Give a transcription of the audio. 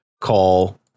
call